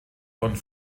und